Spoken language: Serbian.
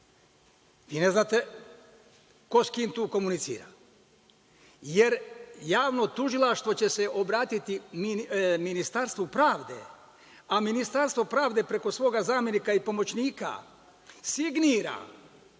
ne znate ko sa kim tu komunicira, jer javno tužilaštvo će se obratiti Ministarstvu pravde, a Ministarstvo pravde preko svoga zamenika i pomoćnika signira